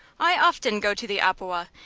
i often go to the opewa.